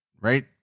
right